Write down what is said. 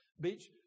beach